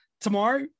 Tomorrow